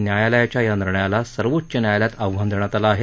न्यायालयाच्या या निर्णयाला सर्वोच्च न्यायालयात आव्हान देण्यात आलं आहे